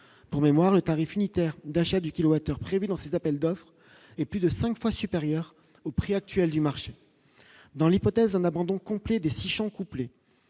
pour mémoire le tarif unitaire d'achat du kW/h prévue dans ces appels d'offres et plus de 5 fois supérieur au prix actuel du marché dans l'hypothèse d'un abandon complet des 6 champs couplé